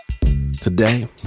Today